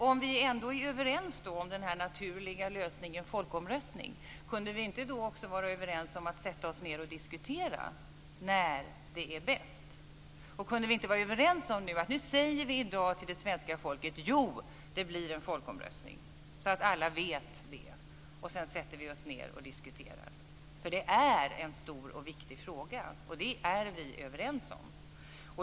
Om vi ändå är överens om den naturliga lösningen folkomröstning - kunde vi inte då också vara överens om att sätta oss ned och diskutera när det är bäst? Och kunde vi inte vara överens om att vi säger i dag till det svenska folket: Jo, det blir en folkomröstning. Då skulle alla veta det, och sedan sätter vi oss ned och diskuterar. Detta är ju en stor och viktig fråga, och det är vi överens om.